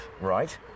Right